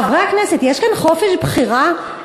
חברי הכנסת, יש כאן חופש בחירה?